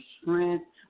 strength